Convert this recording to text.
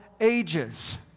ages